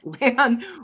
land